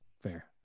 fair